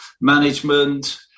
management